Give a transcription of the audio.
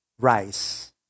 rice